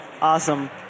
Awesome